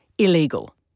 illegal